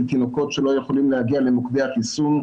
תינוקות שלא יכולים להגיע למוקדי החיסון,